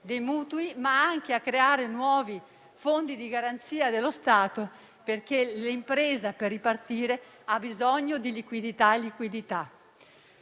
dei mutui, ma anche creando nuovi fondi di garanzia dello Stato, perché l'impresa per ripartire ha bisogno di liquidità. Noi